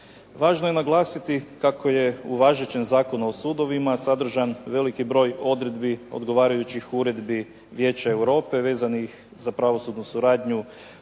Važno je naglasiti kako je u važećem Zakonu o sudovima sadržan veliki broj odredbi odgovarajućih uredbi Vijeća Europe vezanih za pravosudnu suradnju